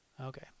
okay